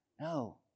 No